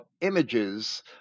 images